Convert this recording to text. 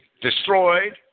destroyed